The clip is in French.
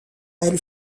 elle